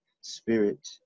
spirit